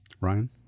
Ryan